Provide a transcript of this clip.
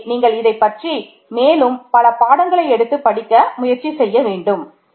எனவே நீங்கள் இதைப் பற்றி மேலும் பல பாடங்களை எடுத்து படிக்க முயற்சி செய்ய வேண்டும்